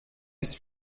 ist